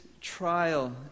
trial